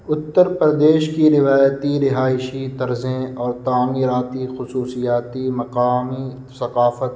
اترپردیش کی روایتی رہائشی طرزیں اور تعمیراتی خصوصیاتی مقامی ثقافت